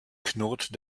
knurrt